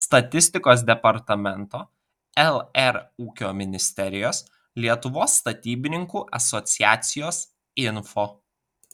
statistikos departamento lr ūkio ministerijos lietuvos statybininkų asociacijos info